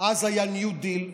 אז היה ניו דיל,